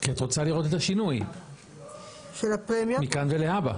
כי את רוצה לראות את השינוי מכאן ולהבא.